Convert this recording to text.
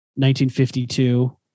1952